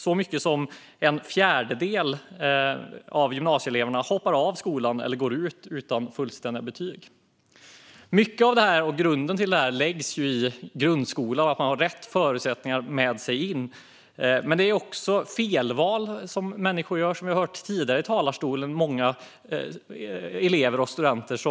Så många som en fjärdedel av gymnasieeleverna hoppar av skolan eller går ut utan fullständiga betyg. Grunden för detta läggs mycket i grundskolan - att man har rätt förutsättningar med sig in. Men det handlar också, som vi har hört tidigare från talarstolen, om felval som människor gör.